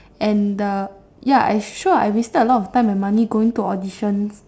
and the ya I sure I wasted a lot of time and money going to auditions